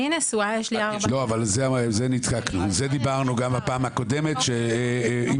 אני נשואה ויש לי -- על זה דיברנו גם בפעם הקודמת: אם